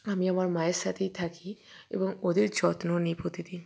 আমি আমার মায়ের সাথেই থাকি এবং ওদের যত্ন নিই প্রতিদিন